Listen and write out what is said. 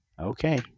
Okay